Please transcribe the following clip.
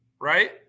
Right